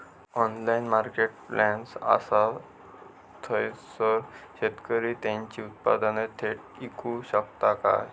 Online marketplace असा थयसर शेतकरी त्यांची उत्पादने थेट इकू शकतत काय?